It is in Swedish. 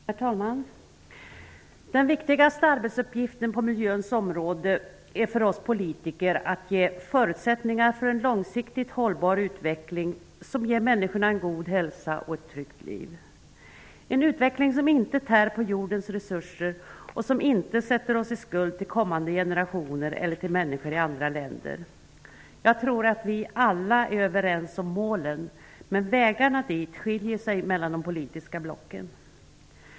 Herr talman! Den viktigaste arbetsuppgiften på miljöns område för oss politiker är att ge förutsättningar för en långsiktigt hållbar utveckling som ger människorna en god hälsa och ett tryggt liv, en utveckling som inte tär på jordens resurser och som inte sätter oss i skuld till kommande generationer eller till människor i andra länder. Jag tror att vi alla är överens om målen, men vägarna dit skiljer sig mellan de politiska blocken.